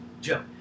Joe